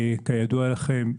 כידוע לכם,